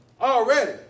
already